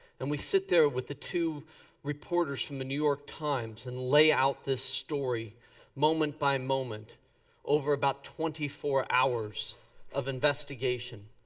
and we sit there with the two reporters from the new york times and lay out this story moment by moment over about twenty four hours of investigation.